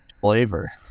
flavor